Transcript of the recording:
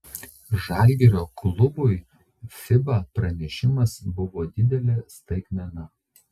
žalgirio klubui fiba pranešimas buvo didelė staigmena